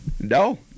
No